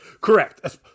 Correct